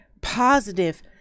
positive